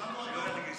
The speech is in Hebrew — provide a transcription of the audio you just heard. העולם הוא אדום.